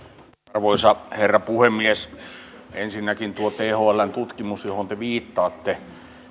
arvoisa herra puhemies ensinnäkin tuo thln tutkimus johon te viittaatte